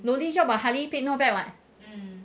lowly job but highly paid not bad [what]